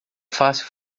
fácil